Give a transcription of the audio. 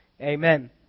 Amen